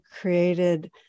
created